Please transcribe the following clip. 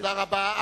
תודה רבה.